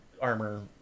armor